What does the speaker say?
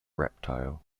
reptile